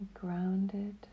grounded